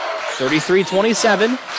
33-27